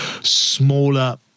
smaller